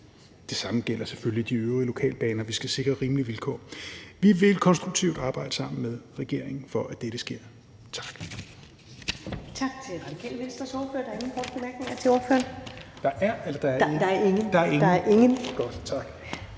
Det samme gælder selvfølgelig de øvrige lokalbaner, vi skal sikre rimelige vilkår. Vi vil konstruktivt arbejde sammen med regeringen for, at dette sker. Tak.